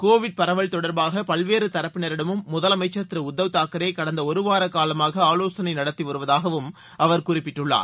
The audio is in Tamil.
கோவிட் பல்வேறு பரவல் தொடர்பாக தரப்பினரிடம் முதலமைச்சர் திரு உத்தவ் தாக்கரே கடந்த ஒரு வார காலமாக ஆலோசனை நடத்தி வருவதாகவும் அவர் குறிப்பிட்டுள்ளார்